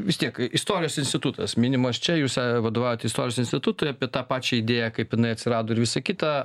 vis tiek istorijos institutas minimas čia jūs vadovaujat istorijos institutui apie tą pačią idėją kaip jinai atsirado ir visa kita